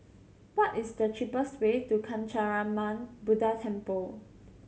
what is the cheapest way to Kancanarama Buddha Temple